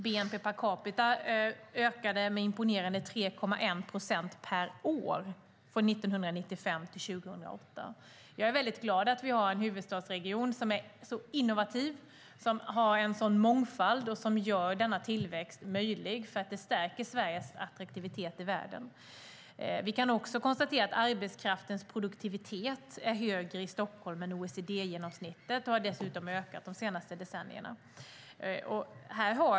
Bnp per capita ökade med imponerande 3,1 procent per år från 1995 till 2008. Jag är glad över att vi har en huvudstadsregion som är innovativ, som har en sådan mångfald och som gör denna tillväxt möjlig. Det stärker nämligen Sveriges attraktivitet i världen. Vi kan också konstatera att arbetskraftens produktivitet är högre i Stockholm än OECD-genomsnittet och har dessutom ökat de senaste decennierna.